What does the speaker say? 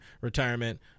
retirement